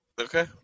Okay